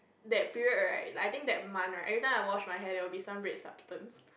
that period right I think that month right every times I wash my hair there will be some red substances